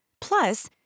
Plus